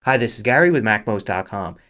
hi this is gary with macmost ah com.